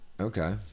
Okay